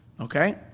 Okay